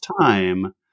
time